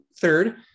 third